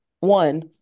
One